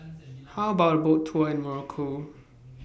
How about A Boat Tour in Morocco